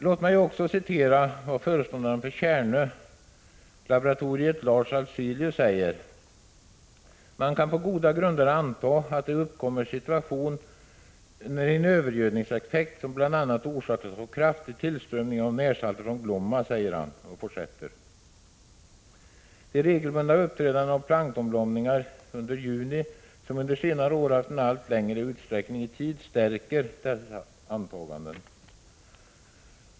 Låt mig återge vad föreståndaren för Tjärnölaboratoriet, Lars Afzelius, säger: Man kan på goda grunder anta att den uppkomna situationen är en övergödningseffekt, som bl.a. orsakas av en kraftig tillströmning av närsalter från Glomma. De regelbundet uppträdande planktonblomningarna under juni, som under senare år haft en längre utsträckning i tid, stärker dessa antaganden.